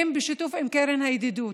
הם בשיתוף עם קרן הידידות.